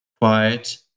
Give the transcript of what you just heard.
quiet